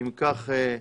הצבעה התקבלה.